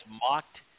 mocked